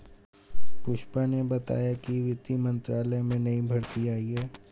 पुष्पा ने बताया कि वित्त मंत्रालय में नई भर्ती आई है